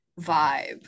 vibe